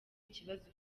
ikibazo